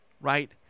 right